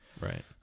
Right